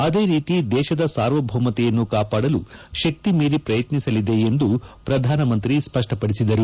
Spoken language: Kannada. ಅದೇ ರೀತಿ ದೇಶದ ಸಾರ್ವಭೌಮತೆಯನ್ನು ಕಾಪಾಡಲು ಶಕ್ತಿಮೀರಿ ಪ್ರಯತ್ನಿಸಲಿದೆ ಎಂದು ಪ್ರಧಾನಮಂತ್ರಿ ಸ್ಪಪ್ಪಪಡಿಸಿದರು